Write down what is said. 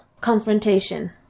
confrontation